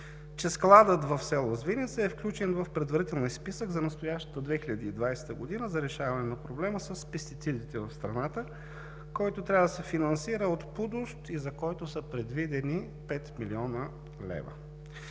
че складът в село Звиница е включен в предварителния списък за настоящата 2020 г. за решаване на проблема с пестицидите в страната, който трябва да се финансира от ПУДООС и, за който са предвидени – 5 млн. лв.